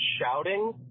shouting